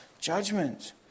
judgment